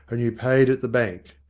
and you paid at the bank.